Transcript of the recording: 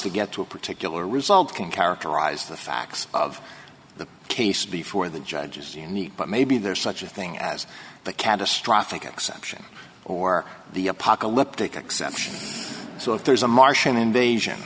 to get to a particular result can characterize the facts of the case before the judges you need but maybe there is such a thing as the catastrophic exception or the apocalyptic exception so if there's a martian invasion